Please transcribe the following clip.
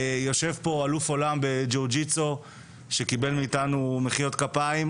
יושב פה אלוף עולם בג'ו גיטסו שקיבל מאתנו מחיאות כפיים,